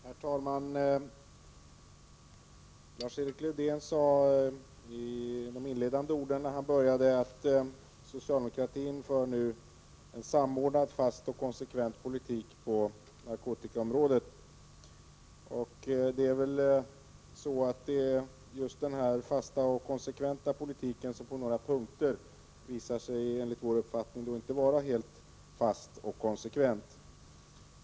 Herr talman! Lars-Erik Lövdén inledde sitt anförande med att säga att socialdemokratin nu för en samordnad, fast och konsekvent politik på narkotikaområdet. Det är väl just den här fasta och konsekventa politiken som på några punkter enligt vår uppfattning inte visar sig vara helt fast och konsekvent.